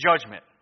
judgment